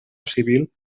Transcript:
civil